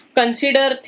consider